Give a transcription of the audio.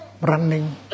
running